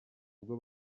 ubwo